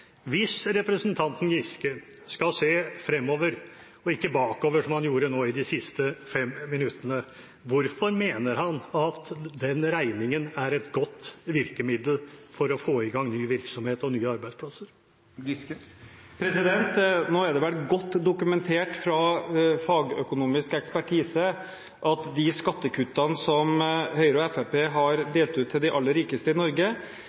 Hvis representanten Giske skal se fremover og ikke bakover, som han gjorde nå i de siste fem minuttene, hvorfor mener han at den regningen er et godt virkemiddel for å få i gang ny virksomhet og nye arbeidsplasser? Nå er det vel godt dokumentert av fagøkonomisk ekspertise at de skattekuttene som Høyre og Fremskrittspartiet har delt ut til de aller rikeste i Norge,